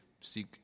seek